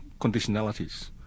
conditionalities